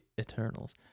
eternals